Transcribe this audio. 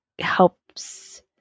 helps